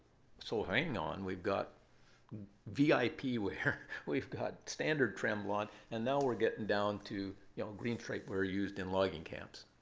so hang on. we've got vip ware. we've got standard tremblant. and now, we're getting down to you know green stripe ware used in logging camps.